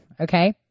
Okay